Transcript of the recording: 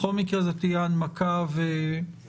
בכל מקרה זה יהיה הנמקה והצבעות,